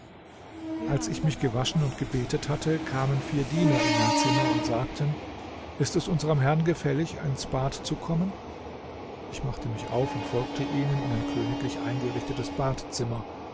als ich mich gewaschen und gebetet hatte kamen vier diener in mein zimmer und sagten ist es unserem herrn gefällig ins bad zu kommen ich machte mich auf und folgte ihnen in ein königlich eingerichtetes badzimmer